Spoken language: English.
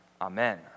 Amen